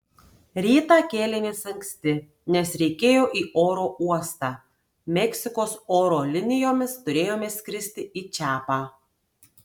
rytą kėlėmės anksti nes reikėjo į oro uostą meksikos oro linijomis turėjome skristi į čiapą